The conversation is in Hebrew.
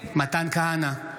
בעד מתן כהנא,